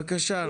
בבקשה,